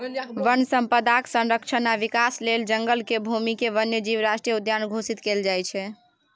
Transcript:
वन संपदाक संरक्षण आ विकास लेल जंगल केर भूमिकेँ वन्य जीव राष्ट्रीय उद्यान घोषित कएल जाए